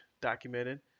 documented